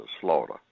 slaughter